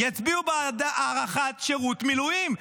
יצביעו בעד הארכת שירות מילואים.